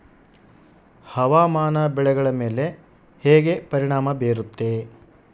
ಹವಾಮಾನ ಬೆಳೆಗಳ ಮೇಲೆ ಹೇಗೆ ಪರಿಣಾಮ ಬೇರುತ್ತೆ?